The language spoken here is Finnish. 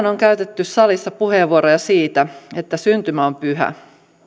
on käytetty salissa puheenvuoroja siitä että syntymä on pyhä